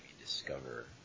discover